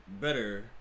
better